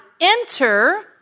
enter